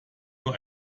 nur